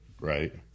Right